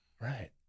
Right